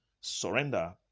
surrender